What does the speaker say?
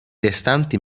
restanti